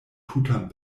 tutan